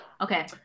Okay